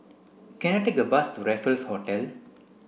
can I take a bus to Raffles Hotel